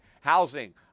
housing